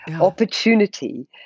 opportunity